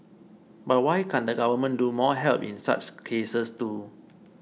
but why can't the government do more help in such cases too